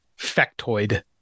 factoid